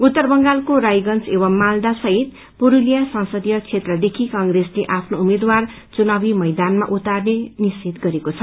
उत्तर बंगालको रायगन्ज एवं मालदा सहित पुरूलिया संसदीय क्षेत्रदेखि क्रेप्रेसले आफ्नो उम्मेद्वार चुनाव मैदानमा उतार्ने निश्विय गरेको छ